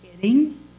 kidding